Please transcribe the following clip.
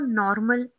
normal